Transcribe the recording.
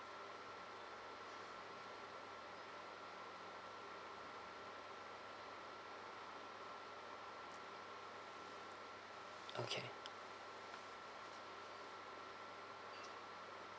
okay